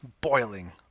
boiling